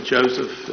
Joseph